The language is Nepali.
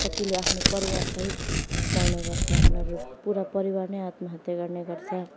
कतिले आफ्नो परिवारसहित मर्ने गर्छ उनीहरू पुरा परिवार नै आत्महत्या गर्ने गर्छ